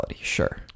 Sure